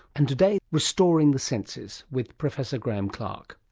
and today, restoring the senses, with professor graeme clark.